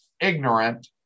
Ignorant